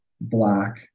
black